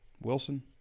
Wilson